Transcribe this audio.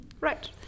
Right